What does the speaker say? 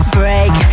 break